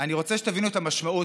אני רוצה שתבינו את המשמעות,